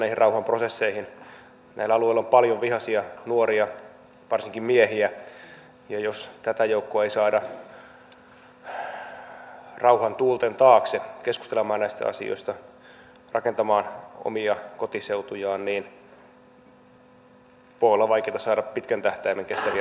näillä alueilla on paljon vihaisia nuoria varsinkin miehiä ja jos tätä joukkoa ei saada rauhan tuulten taakse keskustelemaan näistä asioista rakentamaan omia kotiseutujaan niin voi olla vaikeata saada pitkän tähtäimen kestäviä ratkaisuja aikaiseksi